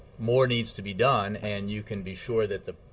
more needs to be done, and you can be sure that the